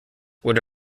would